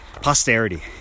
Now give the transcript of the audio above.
Posterity